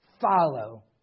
Follow